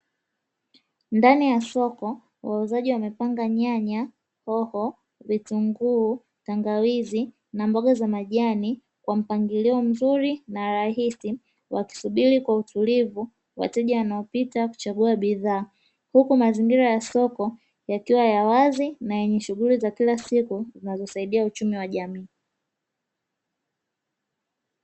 Ndani ya soko wauzaji wamepanga nyanya hoho vitunguu tangawizi mboga za majani kwa mpangilio mzuri na rahisi wakisubiri kwa utulivu wateja wanaopita kuchagua bidhaa, huku mazingira ya soko yakiwa ya wazi na yenye shughili za kila siku zinazosaidia uchumi kwa jamii.